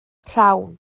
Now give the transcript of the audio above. rhawn